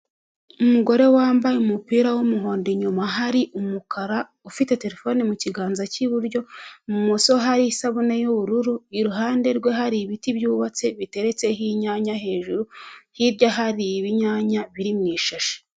Umugore wambaye umupira w'umuhondo inyuma hari umukara, ufite telefone mu kiganza cy'iburyo mu moso hari isabune y'ubururu, iruhande rwe hari ibiti byubatse biteretseho inyanya hejuru hirya hari ibinyanya biri mu ishashi.